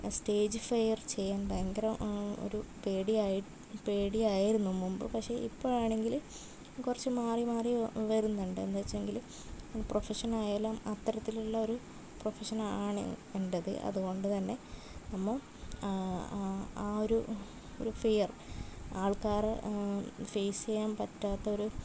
stage fear ചെയ്യാൻ ഭയങ്കര ഒരു പേടിയാ പേടിയായിരുന്നു മുൻപ് പക്ഷെ ഇപ്പോഴാണെങ്കിൽ കുറച്ച് മാറി മാറി വരുന്നുണ്ട് എന്താണെന്ന് വെച്ചെങ്കിൽ പ്രൊഫഷൻ ആയാലും അത്തരത്തിലുള്ളൊരു പ്രൊഫഷൻ ആണ് എന്റേത് അതുകൊണ്ടുതന്നെ നമ്മൾ ആ ഒരു ഒരു ഫിയർ ആൾക്കാരെ ഫേസ് ചെയ്യാൻ പറ്റാത്തൊരു